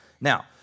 Now